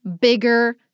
bigger